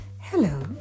Hello